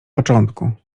początku